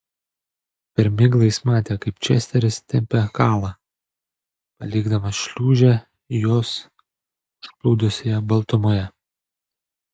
per miglą jis matė kaip česteris tempia kalą palikdamas šliūžę juos užplūdusioje baltumoje